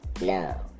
No